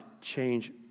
change